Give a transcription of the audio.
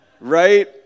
right